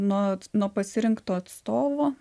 nuo nuo pasirinkto atstovo